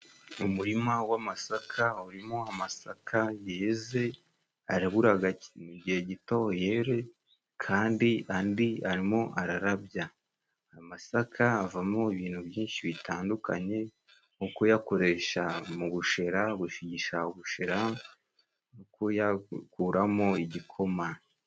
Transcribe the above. Umurima w'amasaka urimo amasaka yeze, araburaga igihe gito yere, kandi andi arimo ararabya. Amasaka avamo ibintu byinshi bitandukanye nko kuyakoresha mu bushera, gushigisha ubushera no kuyakuramo igikoma.